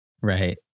Right